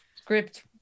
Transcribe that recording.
script